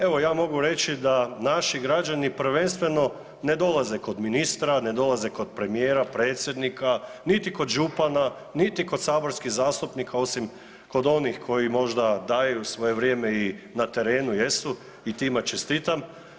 Evo ja mogu reći da naši građani prvenstveno ne dolaze kod ministra, ne dolaze kod premijera, predsjednika, niti kod župana, niti kod saborskih zastupnika osim kod onih koji možda daju svoje vrijeme i na terenu jesu i tima čestitam.